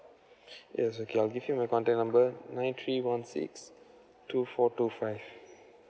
yes okay I'll give you my contact number nine three one six two four two five